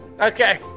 Okay